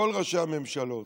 כל ראשי הממשלות.